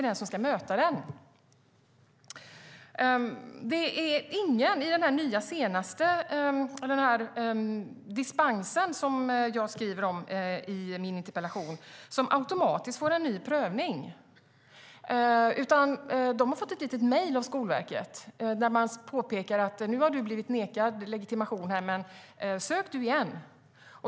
Jag nämner i min interpellation frågan om dispens och att ingen får en automatisk ny prövning. Sökanden har fått ett mejl av Skolverket där man påpekar att sökanden har blivit nekad legitimation men kan söka igen.